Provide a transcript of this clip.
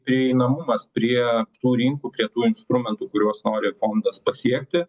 prieinamumas prie tų rinkų prie tų instrumentų kuriuos nori fondas pasiekti